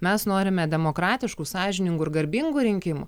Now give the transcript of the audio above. mes norime demokratiškų sąžiningų ir garbingų rinkimų